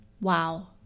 Wow